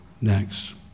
next